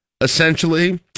essentially